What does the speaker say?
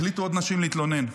החליטו עוד נשים להתלונן.